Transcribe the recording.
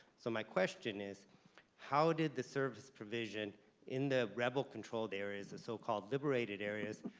so my question is how did the service provision in the rebel-controlled areas, the so-called liberated areas,